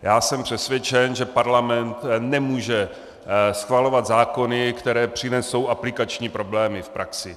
Já jsem přesvědčen, že Parlament nemůže schvalovat zákony, které přinesou aplikační problémy v praxi.